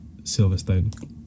Silverstone